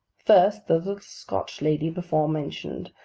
first, the little scotch lady before mentioned,